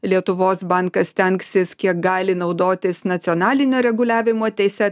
lietuvos bankas stengsis kiek gali naudotis nacionalinio reguliavimo teise